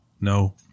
no